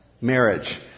marriage